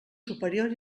superior